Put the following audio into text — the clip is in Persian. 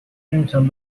نمیتونم